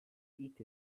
eat